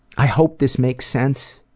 i hope this makes sense.